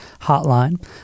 hotline